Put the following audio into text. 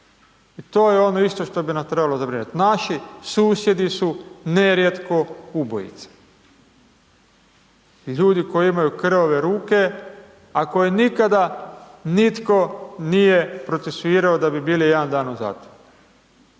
To je ono isto što bi nas trebao zabrinut. Naši susjedi su nerijetko ubojice. Ljudi koji imaju krvave ruke, a koji nikada nitko nije procesuirao da bi bili jedan dan u zatvoru.